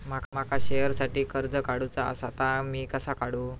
माका शेअरसाठी कर्ज काढूचा असा ता मी कसा काढू?